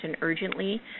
urgently